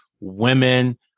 women